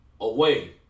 away